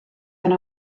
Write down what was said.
yna